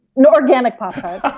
and organic pop tarts.